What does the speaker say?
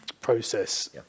process